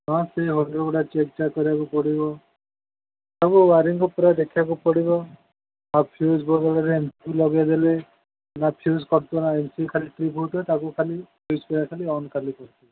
ହଁ ସେଇ ହୋଲ୍ଡ଼ର୍ଗୁଡ଼ା ଚେକ୍ ଚାକ୍ କରିବାକୁ ପଡ଼ିବ ସବୁ ୱାରିଂକୁ ପୁରା ଦେଖିଆକୁ ପଡ଼ିବ ଆଉ ଫ୍ୟୁଜ୍ ବୋର୍ଡ଼୍ରେ ଏମ୍ ସି ବି ଲଗେଇ ଦେଲେ ନା ଫ୍ୟୁଜ୍ କଟିବ ନା ଏମ୍ ସି ବି ଖାଲି କିବୋର୍ଡ଼୍ରେ ତାକୁ ଖାଲି ଅନ୍ ଖାଲି କରିଦେବେ